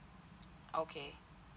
okay